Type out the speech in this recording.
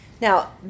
Now